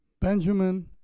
Benjamin